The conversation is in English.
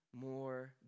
more